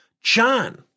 John